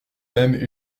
mêmes